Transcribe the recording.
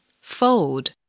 Fold